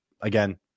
again